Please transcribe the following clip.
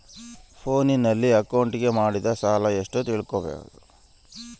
ಫೋನಿನಲ್ಲಿ ಅಕೌಂಟಿಗೆ ಮಾಡಿದ ಸಾಲ ಎಷ್ಟು ತಿಳೇಬೋದ?